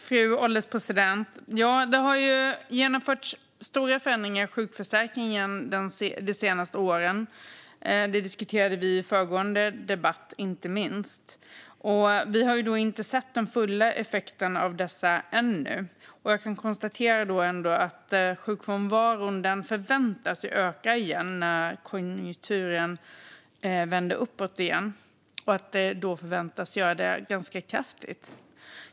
Fru ålderspresident! Ja, det har ju genomförts stora förändringar i sjukförsäkringen de senaste åren. Det diskuterade vi inte minst i föregående debatt. Vi har inte sett den fulla effekten av dessa ännu. Jag kan ändå konstatera att sjukfrånvaron förväntas öka igen när konjunkturen vänder uppåt igen. Då förväntas den öka ganska kraftigt.